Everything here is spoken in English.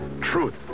truth